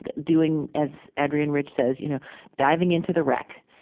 doing as adrienne rich says, you know diving into the wreck.